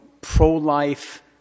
pro-life